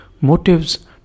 motives